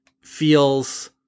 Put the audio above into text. feels